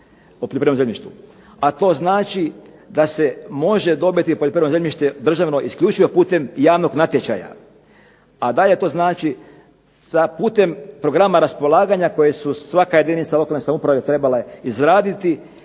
o poljoprivrednom zemljištu, a to znači da se može dobiti poljoprivredno državno zemljište isključivo putem javnog natječaja. A dalje to znači sa putem programa raspolaganja koje su svaka jedinica lokalne samouprave trebale izraditi.